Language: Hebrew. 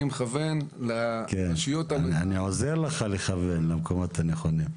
אני מכוון לרשויות המקומיות.